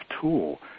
tool